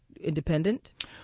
independent